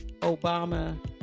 Obama